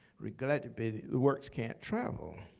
regrettably, the works can't travel.